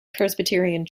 presbyterian